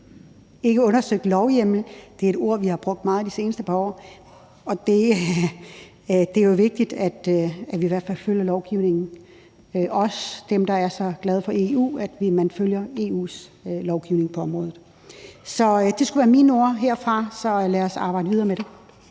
har undersøgt en lovhjemmel. Det er et ord, vi har brugt meget i de seneste par år, og det er jo i hvert fald vigtigt, at vi følger lovgivningen, også dem, der er så glade for EU, at man følger EU's lovgivning på området. Så det skulle være mine ord herfra. Så lad os arbejde videre med det.